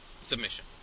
submission